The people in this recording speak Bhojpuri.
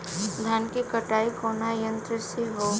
धान क कटाई कउना यंत्र से हो?